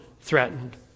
threatened